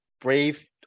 brave